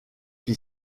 qui